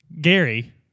Gary